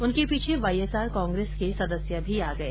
उनके पीछे YSR Congress के सदस्य भी आ गए